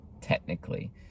technically